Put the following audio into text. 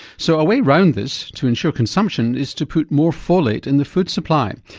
so a way round this, to ensure consumption, is to put more folate in the food supply.